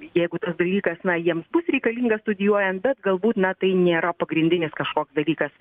jeigu tas dalykas na jiems bus reikalinga studijuojan bet galbūt na tai nėra pagrindinis kažkoks dalykas